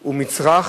הם מצרך